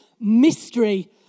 mystery